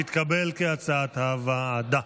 כהצעת הוועדה,